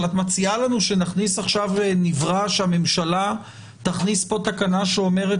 אבל את מציעה לנו שנברא שהממשלה תכניס פה תקנה שאומרת